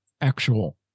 actual